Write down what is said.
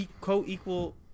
co-equal